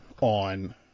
on